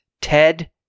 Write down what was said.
Ted